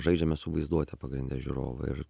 žaidžiame su vaizduote pagrinde žiūrovų ir